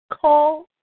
call